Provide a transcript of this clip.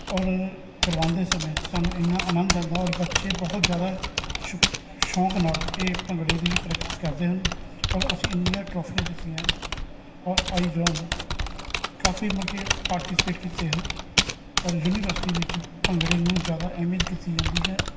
ਔਰ ਕਰਵਾਉਂਦੇ ਸਮੇਂ ਸਾਨੂੰ ਇੰਨਾ ਆਨੰਦ ਆਉਂਦਾ ਔਰ ਬੱਚੇ ਬਹੁਤ ਜ਼ਿਆਦਾ ਸ਼ੌ ਸ਼ੌਂਕ ਨਾਲ ਇਹ ਭੰਗੜੇ ਦੀ ਪ੍ਰੈਕਟਿਸ ਕਰਦੇ ਹਨ ਔਰ ਅਸੀਂ ਇੰਨੀਆਂ ਟ੍ਰੋਫੀਆਂ ਜਿੱਤੀਆਂ ਔਰ ਆਈ ਜੋਨ ਕਾਫ਼ੀ ਮਤਲਬ ਕਿ ਪਾਰਟੀਸਪੇਟ ਕੀਤੇ ਹਨ ਔਰ ਯੂਨੀਵਰਸਿਟੀ ਵਿੱਚ ਭੰਗੜੇ ਨੂੰ ਜ਼ਿਆਦਾ ਅਹਿਮੀਅਤ ਕੀਤੀ ਜਾਂਦੀ ਹੈ